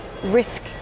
risk